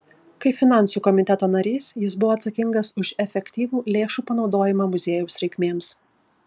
kaip finansų komiteto narys jis buvo atsakingas už efektyvų lėšų panaudojimą muziejaus reikmėms